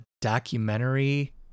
documentary